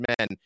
men